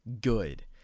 good